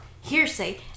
hearsay